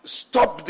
stop